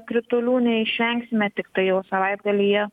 kritulių neišvengsime tiktai jau savaitgalį jie